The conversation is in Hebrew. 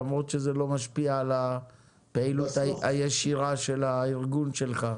למרות שזה לא משפיע על הפעילות הישירה של הארגון שלך.